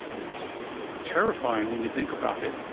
it's terrifying, when you think about it,